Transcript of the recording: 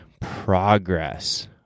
progress